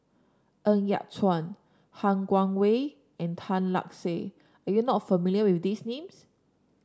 Ng Yat Chuan Han Guangwei and Tan Lark Sye are you not familiar with these names